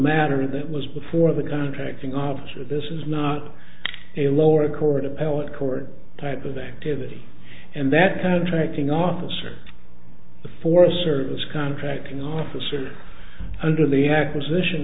matter that was before the contracting officer this is not a lower court appellate court type of activity and that contracting officer the forest service contracting officer under the acquisition